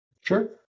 Sure